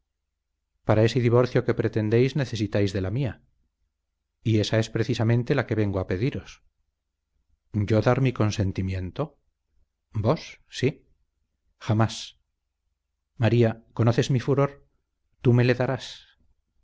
para ese divorcio que pretendéis necesitáis de la mía y ésa es precisamente la que vengo a pediros yo dar mi consentimiento vos sí jamás maría conoces mi furor tú me le darás